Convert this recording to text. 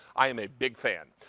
i am a big fan.